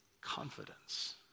confidence